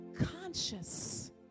conscious